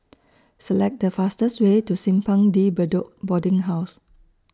Select The fastest Way to Simpang De Bedok Boarding House